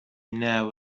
now